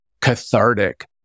cathartic